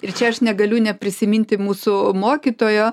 ir čia aš negaliu neprisiminti mūsų mokytojo